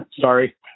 sorry